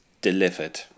delivered